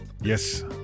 Yes